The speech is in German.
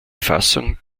fassung